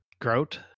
grout